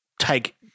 Take